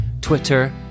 Twitter